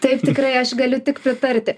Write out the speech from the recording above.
taip tikrai aš galiu tik pritarti